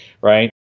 Right